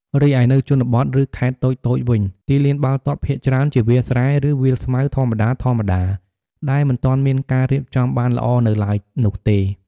រីឯនៅជនបទ ឬខេត្តតូចៗវិញទីលានបាល់ទាត់ភាគច្រើនជាវាលស្រែ ឬវាលស្មៅធម្មតាៗ ដែលមិនទាន់មានការរៀបចំបានល្អនៅឡើយនោះទេ។